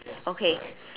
okay